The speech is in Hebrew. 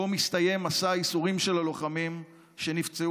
שבו מסתיים מסע הייסורים של הלוחמים שנפצעו